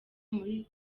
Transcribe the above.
muri